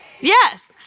Yes